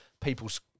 people's